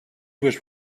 was